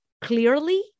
clearly